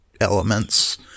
elements